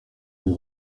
mon